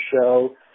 show